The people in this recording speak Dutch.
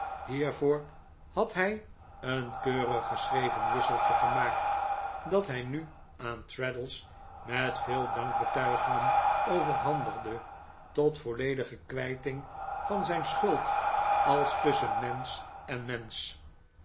hiervoor had hij een keurig geschreven wisseltje gemaakt dat hij nu aan traddles met veel dankbetuigingen overhandigde tot volledige kwijting van zijn schuld als tusschen mensch en